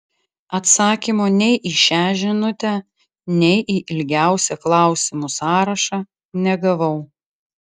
atsakymo nei į šią žinutę nei į ilgiausią klausimų sąrašą negavau